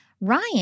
Ryan